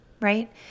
right